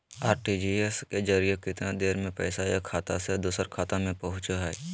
RTGS के जरिए कितना देर में पैसा एक खाता से दुसर खाता में पहुचो है?